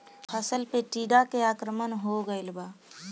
फसल पे टीडा के आक्रमण हो गइल बा?